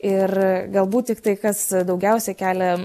ir galbūt tiktai kas daugiausia kelia